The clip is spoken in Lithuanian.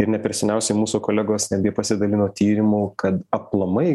ir ne per seniausiai mūsų kolegos netgi pasidalino tyrimu kad aplamai